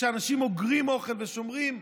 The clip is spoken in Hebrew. כשאנשים אוגרים אוכל ושומרים,